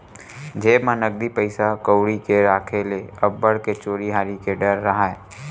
जेब म नकदी पइसा कउड़ी के राखे ले अब्बड़ के चोरी हारी के डर राहय